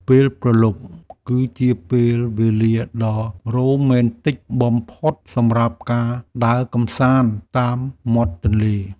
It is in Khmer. ពេលព្រលប់គឺជាពេលវេលាដ៏រ៉ូមែនទិកបំផុតសម្រាប់ការដើរកម្សាន្តតាមមាត់ទន្លេ។